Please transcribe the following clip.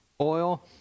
oil